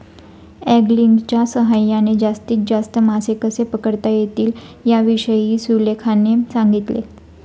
अँगलिंगच्या सहाय्याने जास्तीत जास्त मासे कसे पकडता येतील याविषयी सुलेखाने सांगितले